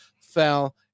fell